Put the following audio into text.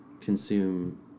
consume